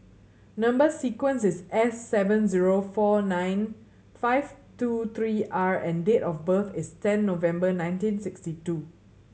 number sequence is S seven zero four nine five two three R and date of birth is ten November nineteen sixty two